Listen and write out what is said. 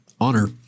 honor